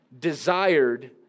desired